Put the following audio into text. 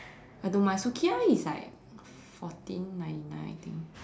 I don't mind Sukiya is like fourteen ninety nine I think